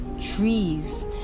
trees